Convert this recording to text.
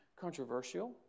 controversial